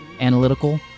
Analytical